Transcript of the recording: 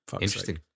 Interesting